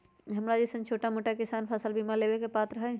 हमरा जैईसन छोटा मोटा किसान फसल बीमा लेबे के पात्र हई?